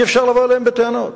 אי-אפשר לבוא אליהם בטענות.